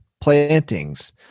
plantings